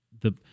the-